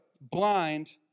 blind